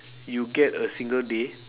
you get a single day